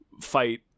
fight